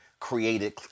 created